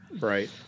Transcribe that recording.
right